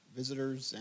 visitors